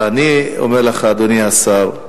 אני אומר לך, אדוני השר,